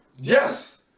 Yes